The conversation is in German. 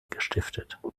gestiftet